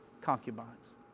concubines